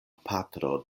patro